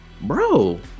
bro